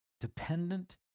dependent